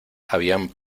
habían